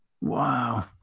Wow